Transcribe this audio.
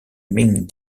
ming